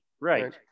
Right